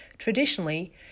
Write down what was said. Traditionally